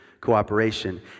cooperation